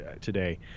today